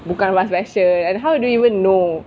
bukan fast fashion and how do you even know